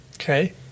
Okay